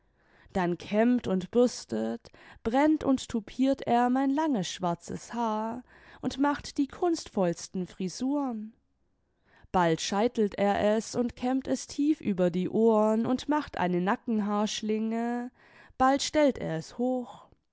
dann kämmt und bürstet brennt imd toupiert er mein langes schwarzes haar und macht die kunstvollsten frisuren bald scheitelt er es und kämmt es tief über die ohren und macht eine nackenhaarschlinge bald stellt er es hoch